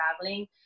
traveling